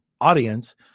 audience